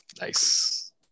Nice